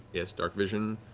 he has darkvision.